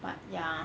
but ya